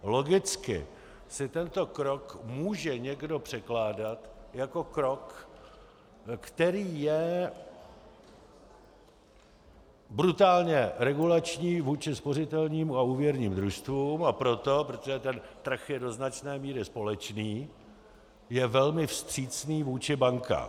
Logicky si tento krok může někdo překládat jako krok, který je brutálně regulační vůči spořitelní a úvěrním družstvům, a proto, protože ten trh je do značné míry společný, je velmi vstřícný vůči bankám.